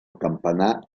campanar